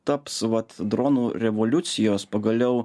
taps vat dronų revoliucijos pagaliau